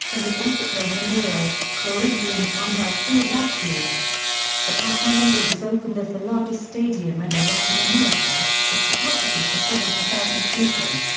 and atletico mineiro, corinthians won by four two. the pacaembu was opened as the largest stadium in the latin america, with capacity for seventy thousand people.